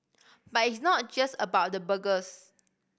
but it's not just about the burgers